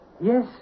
Yes